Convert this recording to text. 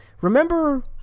remember